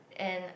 and